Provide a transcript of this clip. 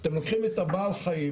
אתם לוקחים את בעל החיים